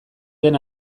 den